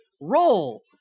roll